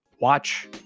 watch